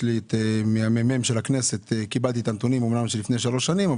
יש לי מהממ"מ של הכנסת קיבלתי את הנתונים אמנם של לפני שלוש שנים,